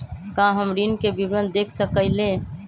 का हम ऋण के विवरण देख सकइले?